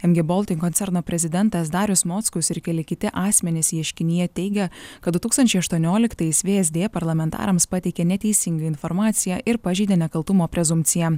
mg baltic koncerno prezidentas darius mockus ir keli kiti asmenys ieškinyje teigia kad du tūkstančiai aštuonioliktais vsd parlamentarams pateikė neteisingą informaciją ir pažeidė nekaltumo prezumpciją